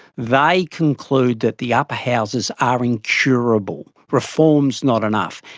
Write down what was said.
they conclude that the upper houses are incurable, reform is not enough,